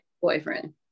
boyfriend